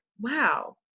wow